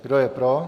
Kdo je pro?